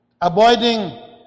avoiding